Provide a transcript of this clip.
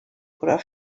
oder